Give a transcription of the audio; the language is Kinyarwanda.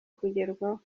kugerwaho